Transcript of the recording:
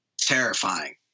Terrifying